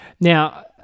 Now